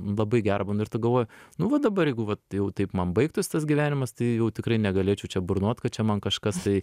labai gera būna ir tad galvoju nu va dabar jeigu va tai taip man baigtųs tas gyvenimas tai jau tikrai negalėčiau čia burnot kad čia man kažkas tai